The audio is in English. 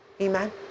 Amen